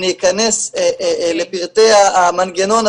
אני אכנס לפרטי המנגנון,